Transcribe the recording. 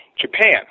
Japan